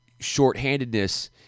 shorthandedness